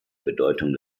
bedeutung